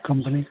company का